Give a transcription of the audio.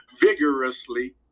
vigorously